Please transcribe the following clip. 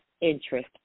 interest